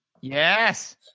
yes